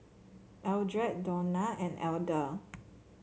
Eldred Dawna and Elder